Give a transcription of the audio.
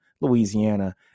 Louisiana